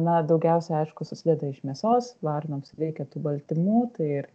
na daugiausia aišku susideda iš mėsos varnoms reikia tų baltymų tai